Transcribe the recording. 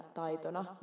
taitona